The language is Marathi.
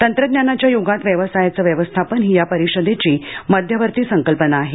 तंत्रज्ञानाच्या युगात व्यवसायाचं व्यवस्थापन ही या परिषदेची मध्यवर्ती संकल्पना आहे